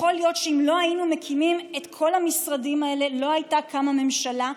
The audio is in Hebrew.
יכול להיות שאם לא היינו מקימים את כל המשרדים האלה לא הייתה קמה ממשלה,